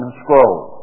scroll